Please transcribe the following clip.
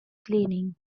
cleaning